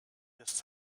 this